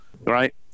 right